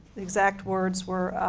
exact words were,